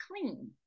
clean